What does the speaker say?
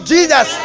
Jesus